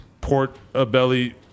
port-a-belly